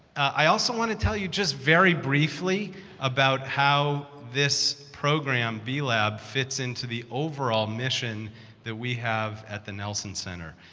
i also want to tell you just very briefly about how this program, b-lab, fits into the overall mission that we have at the nelson center.